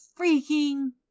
freaking